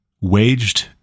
waged